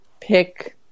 pick